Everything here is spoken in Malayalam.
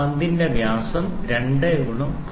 പന്തിന്റെ വ്യാസം 2 ഗുണം 0